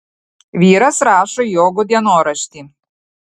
vyras rašo jogo dienoraštį